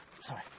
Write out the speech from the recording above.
sorry